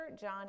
John